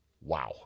Wow